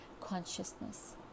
consciousness